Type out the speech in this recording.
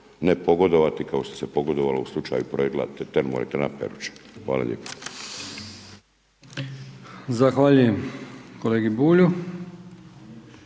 ne pogodovati kao što se pogodovalo u slučaju projekta termo elektrana Peruča. Hvala lijepa. **Brkić, Milijan